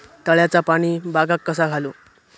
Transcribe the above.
तळ्याचा पाणी बागाक कसा घालू?